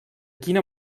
quina